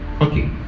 okay